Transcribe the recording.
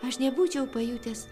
aš nebūčiau pajutęs